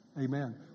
Amen